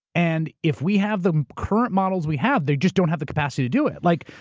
and if we have the current models we have, they just don't have the capacity to do it. like,